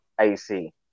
AC